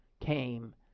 came